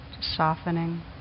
softening